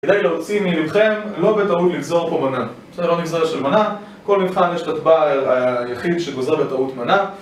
כדי להוציא מלבכם, לא בטעות לגזור פה מנה. בסדר? לא נגזרת של מנה. כל מבחן יש את הדבע היחיד שגוזר בטעות מנה.